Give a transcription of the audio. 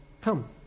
come